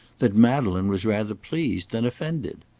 that madeleine was rather pleased than offended.